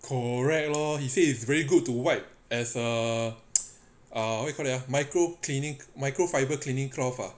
correct lor he said it's very good to wipe as a err ugh what you call that micro cleaning microfibre cleaning cloth ah